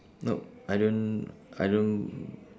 nope I don't I don't